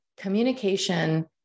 communication